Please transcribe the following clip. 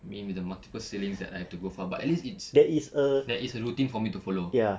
mean with the multiple sailings that I have to go for but at least it's there is a routine for me to follow